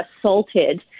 assaulted